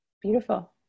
beautiful